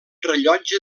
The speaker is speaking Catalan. rellotge